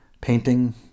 painting